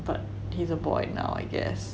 but he's a boy now I guess